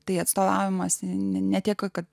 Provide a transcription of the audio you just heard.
tai atstovavimas neteka kad